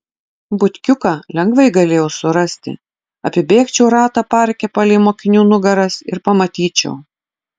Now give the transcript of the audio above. butkiuką lengvai galėjau surasti apibėgčiau ratą parke palei mokinių nugaras ir pamatyčiau